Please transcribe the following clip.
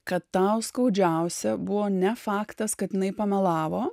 kad tau skaudžiausia buvo ne faktas kad jinai pamelavo